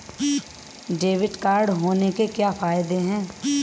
Debit card होने के क्या फायदे हैं?